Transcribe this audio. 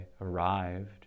arrived